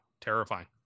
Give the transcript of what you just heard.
Terrifying